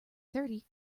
thirty